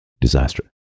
disaster